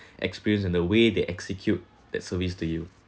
experience and the way they execute that service to you